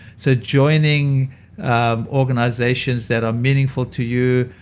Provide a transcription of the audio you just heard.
so joining um organizations that are meaningful to you.